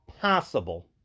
possible